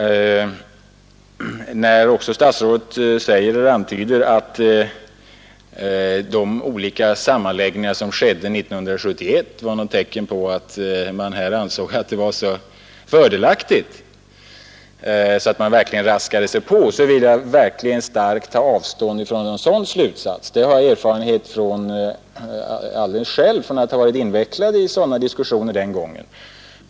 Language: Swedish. Jag vill också bestämt ta avstånd från statsrådets slutsats när han antyder att de olika sammanläggningar som skedde 1971 var något tecken på att man ansåg att det var så fördelaktigt att man verkligen raskade på. Detta har jag själv erfarenhet av efter att ha varit invecklad i sådana diskussioner den gången.